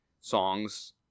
songs